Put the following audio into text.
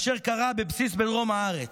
אשר קרה בבסיס בדרום הארץ.